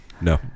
No